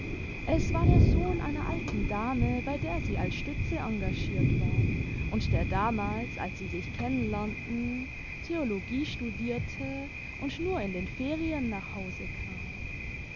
es war der sohn einer alten dame bei der sie als stütze engagiert war und der damals als sie sich kennen lernten theologie studierte und nur in den ferien nach hause kam